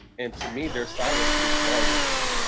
and to me, their silence speaks volumes.